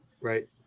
right